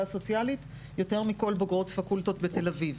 סוציאלית יותר מכל בוגרות פקולטות בתל אביב.